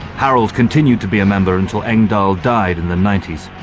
harald continued to be a member until engdahl died in the ninety s,